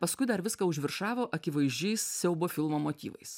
paskui dar viską užviršavo akivaizdžiais siaubo filmo motyvais